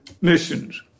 missions